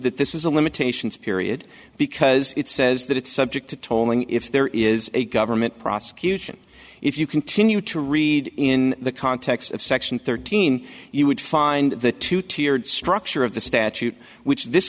that this is a limitations period because it says that it's subject to tolling if there is a government prosecution if you continue to read in the context of section thirteen you would find the two tiered structure of the statute which this